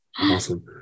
Awesome